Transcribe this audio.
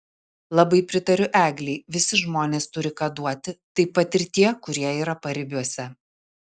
labai pritariu eglei visi žmonės turi ką duoti taip pat ir tie kurie yra paribiuose